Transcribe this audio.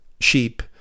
sheep